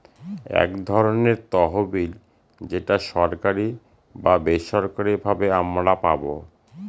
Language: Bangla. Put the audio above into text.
এক ধরনের তহবিল যেটা সরকারি বা বেসরকারি ভাবে আমারা পাবো